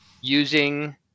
using